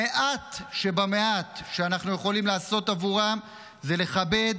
המעט שבמעט שאנחנו יכולים לעשות עבורם זה לכבד,